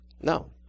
No